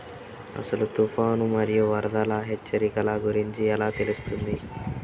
అసలు తుఫాను మరియు వరదల హెచ్చరికల గురించి ఎలా తెలుస్తుంది?